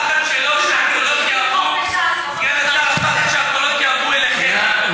הפחד שלו הוא שהקולות יעברו אליכם.